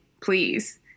please